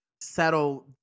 settle